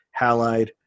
halide